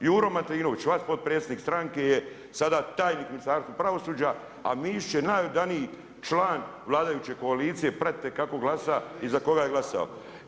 Jure Martinović, vaš potpredsjednik stranke je sada tajnik u Ministarstvu pravosuđa a Mišić je najodaniji član vladajuće koalicije, pratite kao glasa i za koga je glasao.